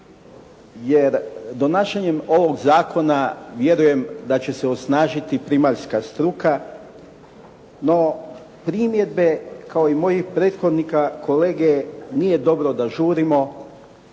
jer donašanjem ovog zakona vjerujem da će se osnažiti primaljska struka. No, primjedbe kao i prethodnika kolege nije dobro da žurimo,